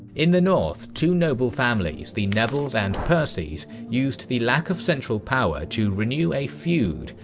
in the north, two noble families, the nevilles and percys, used the lack of central power to renew a feud,